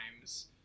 times